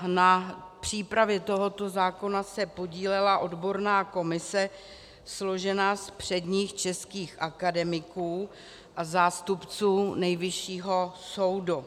Na přípravě tohoto zákona se podílela odborná komise složená z předních českých akademiků a zástupců Nejvyššího soudu.